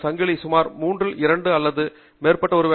உங்களின் சங்கிலி சுமார் மூன்றில் இரண்டு அல்லது அதற்கு மேற்பட்ட